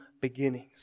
beginnings